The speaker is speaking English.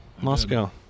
Moscow